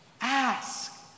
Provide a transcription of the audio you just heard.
Ask